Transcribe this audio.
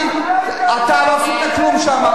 אתה לא עשית כלום שם,